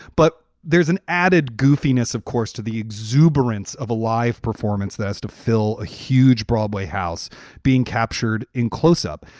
but there's an added goofiness, of course, to the exuberance of a live performance that's to fill a huge broadway house being captured in close-up.